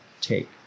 take